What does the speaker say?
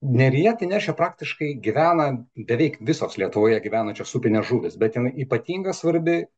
neryje tai neršia praktiškai gyvena beveik visos lietuvoje gyvenančios upinės žuvys bet jinai ypatingai svarbi